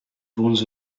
bones